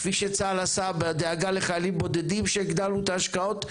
כפי שצה"ל עשה בדאגה לחיילים בודדים כשהגדלנו את ההשקעות,